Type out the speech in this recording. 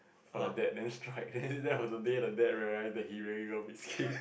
for a dad than strike then on the day the dad realise that he really love his kid